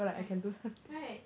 right right